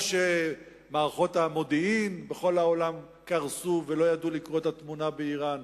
או שמערכות המודיעין בכל העולם קרסו ולא ידעו לקרוא את התמונה באירן,